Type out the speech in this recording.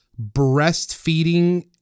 breastfeeding